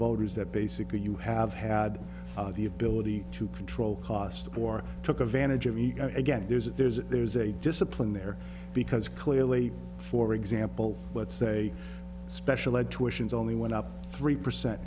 voters that basically you have had the ability to control costs or took advantage of me again there's a there's a there's a discipline there because clearly for example let's say special ed tuitions only went up three percent